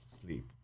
sleep